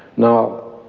now,